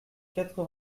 quatre